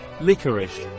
licorice